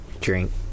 drink